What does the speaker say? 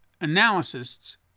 analysts